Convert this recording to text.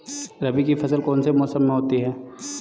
रबी की फसल कौन से मौसम में होती है?